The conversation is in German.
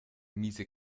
miese